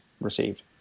received